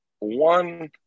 one